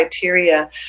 criteria